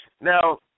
Now